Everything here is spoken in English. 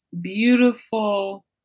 beautiful